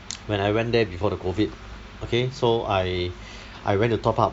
when I went there before the COVID okay so I I went to top up